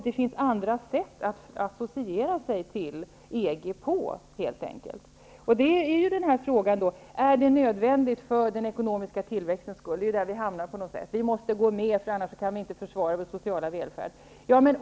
Det finns helt enkelt andra sätt att associera sig med EG. Frågan om huruvida ett medlemskap är nödvändigt för den ekonomiska tillväxten uppkommer. Påståenden som att vi måste gå med för att kunna försvara den sociala värlfärden förekommer.